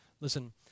Listen